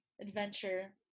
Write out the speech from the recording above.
adventure